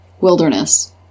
wilderness